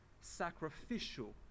sacrificial